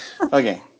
Okay